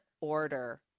order